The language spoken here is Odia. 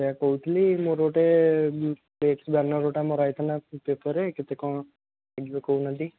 ସେଇଆ କହୁଥିଲି ମୋର ଗୋଟେ ଯୋଉଟା ମୋର ଆସିଥିଲା ପେପର୍ରେ କେତେ କ'ଣ କହୁନାହାନ୍ତି